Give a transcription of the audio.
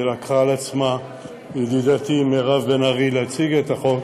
לקחה על עצמה ידידתי מירב בן ארי להציג את החוק,